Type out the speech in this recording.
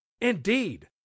Indeed